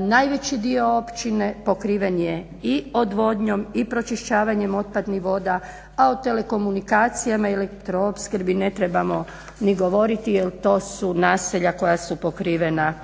Najveći dio općine pokriven je i odvodnjom i pročišćavanjem otpadnih voda, a o telekomunikacijama i elektroopskrbi ne trebamo ni govoriti jel to su naselja koja su pokrivena